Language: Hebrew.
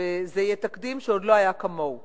זה יהיה תקדים שעוד לא היה כמוהו.